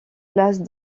places